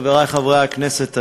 חברי חברי הכנסת,